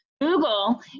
Google